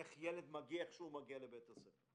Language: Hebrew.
איך ילד מגיע לבית הספר.